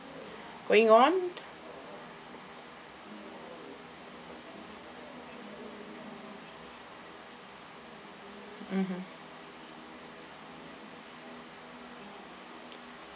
going on mmhmm